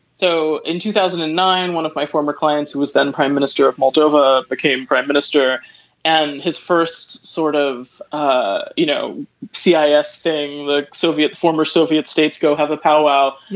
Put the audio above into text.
so in two thousand and nine one of my former clients who was then prime minister of moldova became prime minister and his first sort of ah you know ciso ah so thing. the soviet former soviet states go have a powwow. yeah.